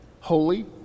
Holy